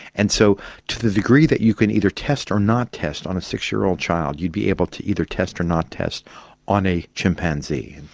and so to the degree that you could either test or not test on a six-year-old child, you'd be able to either test or not test on a chimpanzee.